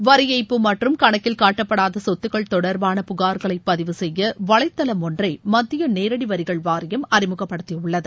வரி ஏய்ப்பு மற்றும் கணக்கில் காட்டப்படாத சொத்துக்கள் தொடர்பான புகார்களை பதிவு செய்ய வலைதளம் ஒன்றை மத்திய நேரடி வரிகள் வாரியம் அறிமுகப்படுத்தியுள்ளது